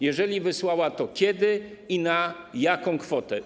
Jeżeli wysłała, to kiedy i na jaką kwotę?